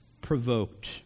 provoked